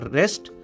rest